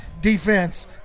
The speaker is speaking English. defense